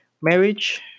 marriage